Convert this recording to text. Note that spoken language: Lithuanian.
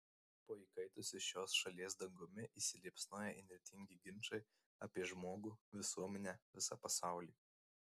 po įkaitusiu šios šalies dangumi įsiliepsnoja įnirtingi ginčai apie žmogų visuomenę visą pasaulį